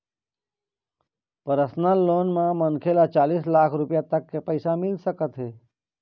personal loan म मनखे ल चालीस लाख रूपिया तक के पइसा मिल सकत हे